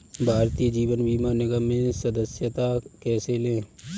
भारतीय जीवन बीमा निगम में सदस्यता कैसे लें?